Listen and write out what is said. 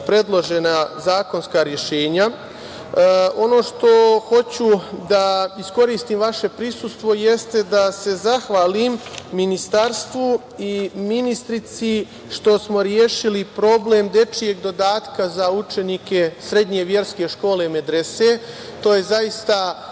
predložena zakonska rešenja. Hoću da iskoristim vaše prisustvo da se zahvalim Ministarstvu i ministarki što smo rešili problem dečijeg dodatka za učenike srednje verske škole „Medrese“. To je zaista